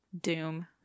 Doom